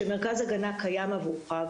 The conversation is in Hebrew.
שמרכז הגנה קיים עבורך,